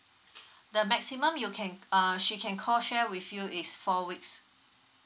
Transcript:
the maximum you can err she can co share with you is four weeks